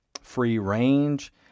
free-range